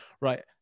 right